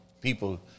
people